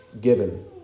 given